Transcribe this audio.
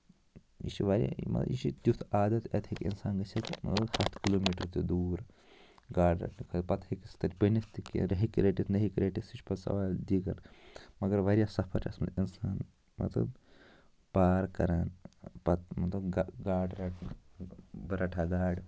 یہِ چھُ واریاہ یہِ مطلب یہِ چھُ تیُتھ عادت اَتہِ ہٮ۪کہِ اِنسان گٔژھِتھ مطلب ہَتھ کِلوٗ میٖٹر تہِ دوٗر گاڈٕ رَٹنہِ خٲطرٕ پَتہٕ ہیٚکہِ سُہ تَتہِ بٔنِتھ تہِ کینٛہہ ہیٚکہِ رٔٹِتھ نہ ہیٚکہِ رٔٹِتھ سُہ چھُ پَتہٕ سَوال دیٖگر مَگر واریاہ صفر چھُ اَتھ منٛز اِنسان مان ژٕ پار کران پَتہٕ مطلب گہ گاڈٕ رَٹنہٕ بہٕ رَٹہٕ ہہ گاڈٕ